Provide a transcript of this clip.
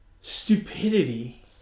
stupidity